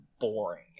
boring